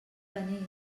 venir